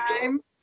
time